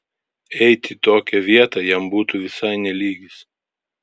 eit į tokią vietą jam būtų visai ne lygis